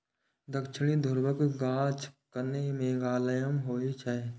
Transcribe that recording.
दक्षिणी ध्रुवक गाछ कने मोलायम होइ छै